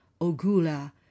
Ogula